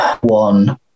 one